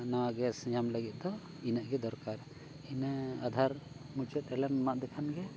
ᱱᱟᱣᱟ ᱜᱮᱥ ᱧᱟᱢ ᱞᱟᱹᱜᱤᱫ ᱫᱚ ᱤᱱᱟᱹᱜ ᱜᱮ ᱫᱚᱨᱠᱟᱨ ᱤᱱᱟᱹ ᱟᱫᱷᱟᱨ ᱢᱩᱪᱟᱹᱫ ᱮᱞᱮᱢ ᱮᱢᱟᱫᱮ ᱠᱷᱟᱱᱜᱮ